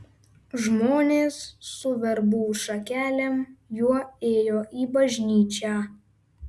žmonės su verbų šakelėm juo ėjo į bažnyčią